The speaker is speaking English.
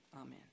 Amen